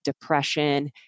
depression